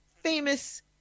famous